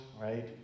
right